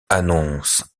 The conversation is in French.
annonce